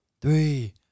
three